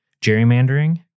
gerrymandering